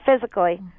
physically